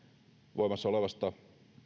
voimassa olevasta